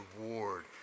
reward